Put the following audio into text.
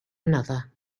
another